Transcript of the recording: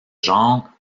genre